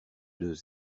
deux